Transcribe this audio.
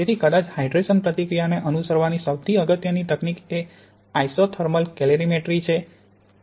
તેથી કદાચ હાઇડ્રેશન પ્રતિક્રિયાને અનુસરવાની સૌથી અગત્યની તકનીક એ આઇસોધર્મલ કેલરીમેટ્રી છે